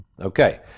Okay